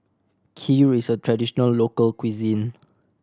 Kheer is a traditional local cuisine